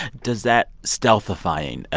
does that stealthifying,